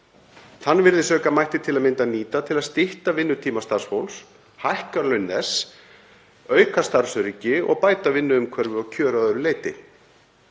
Þann virðisauka mætti til að mynda nýta til að stytta vinnutíma starfsfólks, hækka laun þess, auka starfsöryggi og bæta vinnuumhverfi og kjör að öðru leyti.